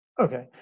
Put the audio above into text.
Okay